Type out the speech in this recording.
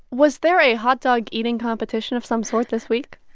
was there a hot-dog-eating competition of some sort this week?